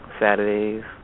Saturdays